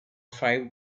five